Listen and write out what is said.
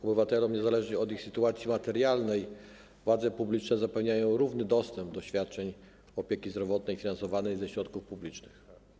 Obywatelom, niezależnie od ich sytuacji materialnej, władze publiczne zapewniają równy dostęp do świadczeń opieki zdrowotnej finansowanych ze środków publicznych.